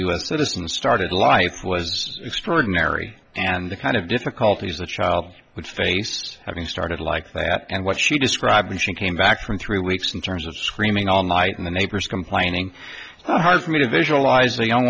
s citizen started life was extraordinary and the kind of difficulties a child would face having started like that and what she describes me she came back from three weeks in terms of screaming all night in the neighbors complaining for me to visualize a young